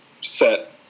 set